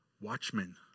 watchmen